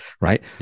right